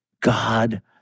God